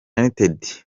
united